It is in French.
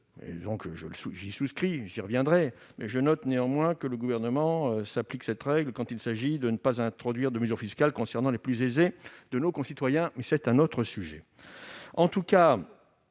j'y souscris, j'y reviendrai -, je note que le Gouvernement applique cette règle quand il s'agit de ne pas introduire de mesures fiscales concernant les plus aisés de nos concitoyens- mais c'est un autre sujet ... En tout cas,